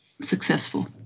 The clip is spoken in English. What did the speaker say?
successful